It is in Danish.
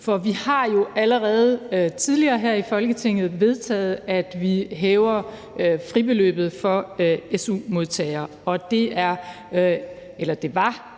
For vi har jo allerede tidligere her i Folketinget vedtaget, at vi hæver fribeløbet for su-modtagere. Og det var, da vi